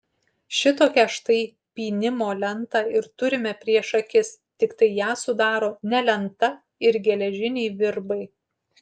šitokią štai pynimo lentą ir turime prieš akis tiktai ją sudaro ne lenta ir geležiniai virbai